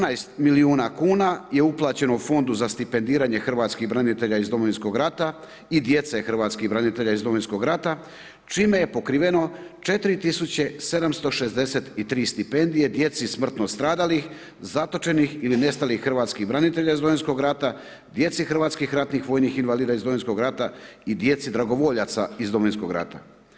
14 milijuna kuna je uplaćeno u Fondu za stipendiranje hrvatskih branitelja iz Domovinskog rata i djece hrvatskih branitelja iz Domovinskog rata, čim je pokriveno 4763 stipendije djeci smrtno stradalih, zatočenih ili nestalih hrvatskih branitelja iz Domovinskog rata, djeci hrvatskih ratnih vojnih invalida iz Domovinskog rata i djeci dragovoljaca iz Domovinskog rata.